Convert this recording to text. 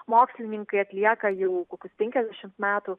mokslininkai atlieka jau kokius penkiasdešimt metų